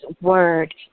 word